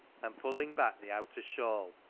and, pulling back the outer shawl,